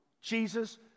Jesus